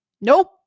Nope